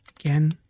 Again